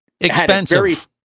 Expensive